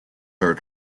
her